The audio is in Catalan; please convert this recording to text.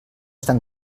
estar